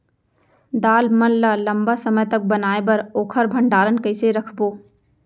दाल मन ल लम्बा समय तक बनाये बर ओखर भण्डारण कइसे रखबो?